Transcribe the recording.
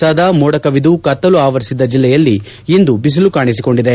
ಸದಾ ಮೋಡ ಕವಿದು ಕತ್ತಲು ಆವರಿಸಿದ್ದ ಜೆಲ್ಲೆಯಲ್ಲಿ ಇಂದು ಬಿಸಿಲು ಕಾಣಿಸಿಕೊಂಡಿದೆ